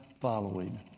following